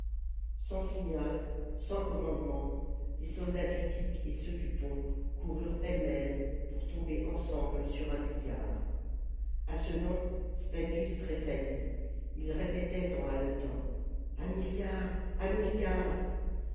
sans signal sans commandement les soldats d'utique et ceux du pont coururent pêle-mêle pour tomber ensemble sur hamilcar a ce nom spendius tressailht ii répétait en haletant hamilcar hamilcar et